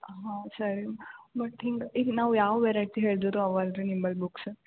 ಹಾಂ ಸರಿ ಬಟ್ ಹಿಂಗೆ ಈಗ ನಾವು ಯಾವ ವೆರೈಟಿ ಹೇಳಿದ್ರೂ ಇವೆ ಅಲ್ವ ರೀ ನಿಮ್ಮಲ್ಲಿ ಬುಕ್ಸ